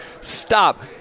Stop